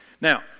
Now